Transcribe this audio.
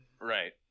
Right